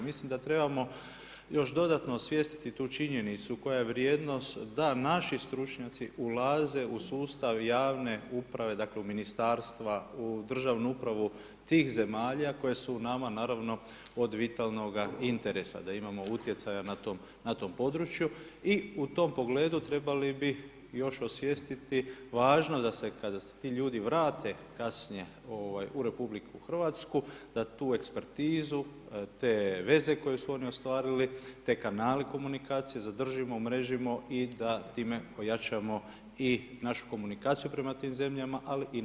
Mislim da trebamo još dodatno osvijestiti tu činjenicu koja je vrijednost da naši stručnjaci ulaze u sustav javne uprave, dakle u Ministarstva, u državnu upravu tih zemalja, koje su nama naravno od vitalnoga interesa, da imamo utjecaja na tom području i u tom pogledu trebali bi još osvijestiti važnost da se, kada se ti ljudi vrate kasnije u Republiku Hrvatsku, da tu ekspertizu, te veze koje su oni ostvarili, te kanale komunikacije, zadržimo, umrežimo i da time ojačamo i našu komunikaciju prema tim zemljama, ali i naš utjecaj.